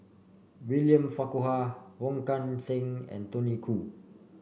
William Farquhar Wong Kan Seng and Tony Khoo